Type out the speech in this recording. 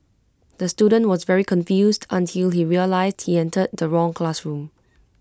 the student was very confused until he realised he entered the wrong classroom